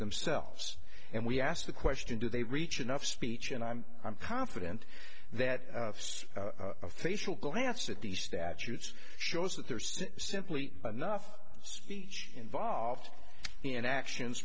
themselves and we ask the question do they reach enough speech and i'm i'm confident that facial glance at these statutes shows that there's simply enough speech involved in actions